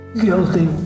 Guilty